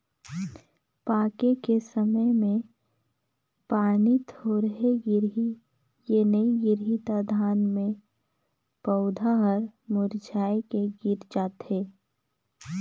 पाके के समय मे पानी थोरहे गिरही य नइ गिरही त धान के पउधा हर मुरझाए के गिर जाथे